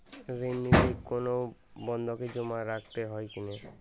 ঋণ নিতে কোনো বন্ধকি জমা রাখতে হয় কিনা?